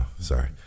sorry